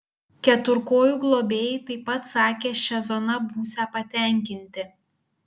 keturkojų globėjai taip pat sakė šia zona būsią patenkinti